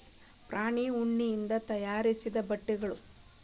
ಪ್ರಾಣಿ ಉಣ್ಣಿಯಿಂದ ತಯಾರಿಸಿದ ಬಟ್ಟೆಗಳು